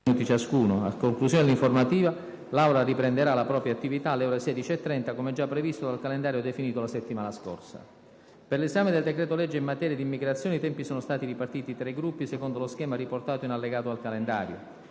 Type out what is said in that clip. A conclusione dell'informativa, l'Aula riprenderà la propria attività alle ore 16,30, come già previsto dal calendario definito la settimana scorsa. Per l'esame del decreto-legge in materia di immigrazione i tempi sono stati ripartiti tra i Gruppi secondo lo schema riportato in allegato al calendario.